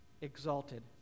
exalted